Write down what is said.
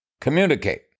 Communicate